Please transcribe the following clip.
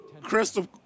crystal